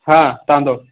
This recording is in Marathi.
हां तांदूळ